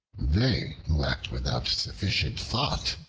they who act without sufficient thought,